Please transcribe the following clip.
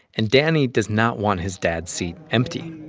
and danny does not want his dad's seat empty